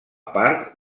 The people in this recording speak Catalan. part